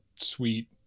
sweet